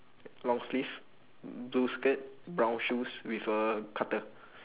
long sleeve blue skirt brown shoes with a cutter